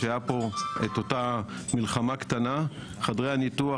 כשהיה פה את אותה מלחמה קטנה חדרי הניתוח,